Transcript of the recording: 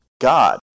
God